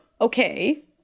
okay